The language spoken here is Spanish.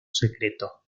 secreto